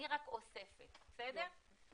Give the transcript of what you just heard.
אני רק אוספת ומסכמת.